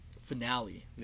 finale